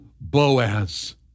Boaz